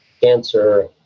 cancer